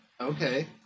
Okay